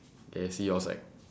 okay see you outside